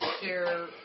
share